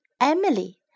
Emily